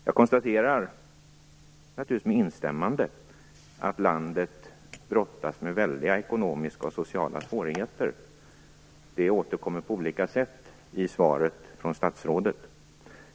Jag konstaterar, naturligtvis med instämmande, att landet brottas med väldiga ekonomiska och sociala svårigheter. Det återkommer på olika sätt i svaret från statsrådet.